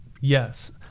Yes